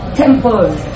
temples